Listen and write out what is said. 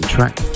Track